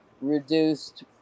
reduced